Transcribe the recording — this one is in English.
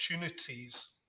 opportunities